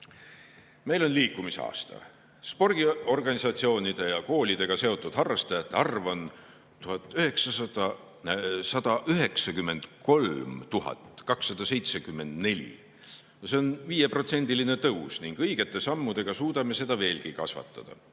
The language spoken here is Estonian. on liikumisaasta. Spordiorganisatsioonide ja -koolidega seotud harrastajate arv on 193 274. See on 5%‑line tõus ning õigete sammudega suudame seda veelgi kasvatada.